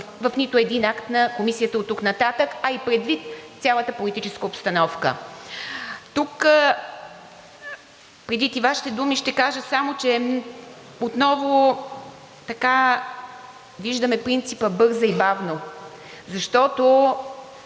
в нито един акт на Комисията оттук нататък, а и предвид цялата политическа обстановка. Тук, предвид и Вашите думи, ще кажа само, че отново виждаме принципа: „Бързай бавно!“, защото